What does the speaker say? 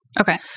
Okay